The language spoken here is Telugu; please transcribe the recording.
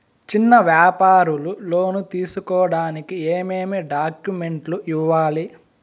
చిన్న వ్యాపారులు లోను తీసుకోడానికి ఏమేమి డాక్యుమెంట్లు ఇవ్వాలి?